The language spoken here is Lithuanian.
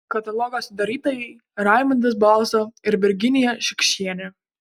katalogo sudarytojai raimundas balza ir virginija šiukščienė